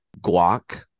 Guac